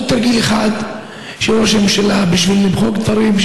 עוד תרגיל אחד של ראש הממשלה בשביל למחוק דברים,